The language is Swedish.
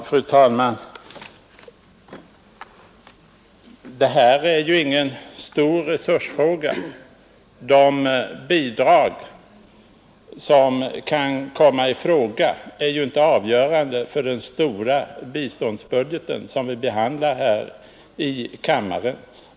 Fru talman! Det här är ju ingen stor resursfråga. De bidrag det kan bli tal om är ju inte avgörande för den stora biståndsbudgeten som vi behandlar här i kammaren.